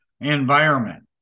environment